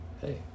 Hey